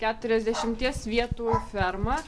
keturiasdešimties vietų ferma